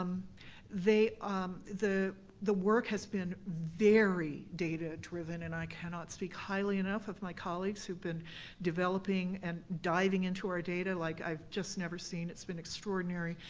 um the the work has been very data-driven, and i cannot speak highly enough of my colleagues who've been developing and diving in to our data like i've just never seen, it's been extraordinary.